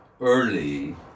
early